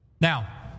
Now